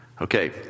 Okay